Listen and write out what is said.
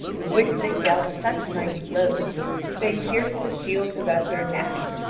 with which they dealt such mighty blows that they pierced the shields about their necks,